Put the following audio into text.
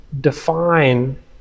define